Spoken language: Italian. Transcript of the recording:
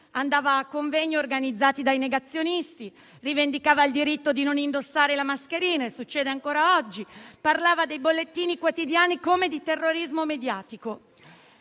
andava a convegni organizzati dai negazionisti; rivendicava il diritto di non indossare la mascherina - succede ancora oggi - e parlava dei bollettini quotidiani come di terrorismo mediatico.